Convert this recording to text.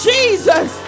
Jesus